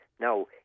Now